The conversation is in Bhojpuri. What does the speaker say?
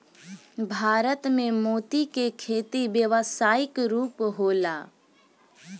भारत में मोती के खेती व्यावसायिक रूप होला